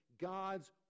God's